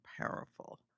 powerful